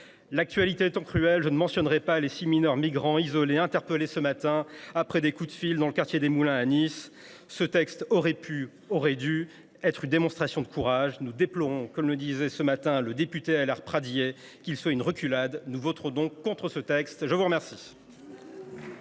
L’actualité étant cruelle, je ne mentionnerai pas les six mineurs migrants isolés interpellés ce matin, après des coups de feu, dans le quartier des Moulins à Nice… Ce texte aurait pu et aurait dû être une démonstration de courage. Nous déplorons, comme le disait ce matin le député LR Pradié, qu’il soit une reculade. Nous voterons donc contre ce texte. La parole